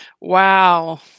wow